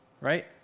Right